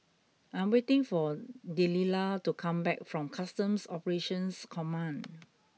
I'm waiting for Delila to come back from Customs Operations Command